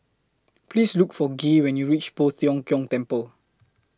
Please Look For Gaye when YOU REACH Poh Tiong Kiong Temple